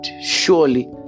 Surely